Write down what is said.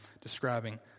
describing